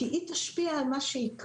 כי היא תשפיע על מה שיקרה.